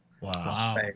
Wow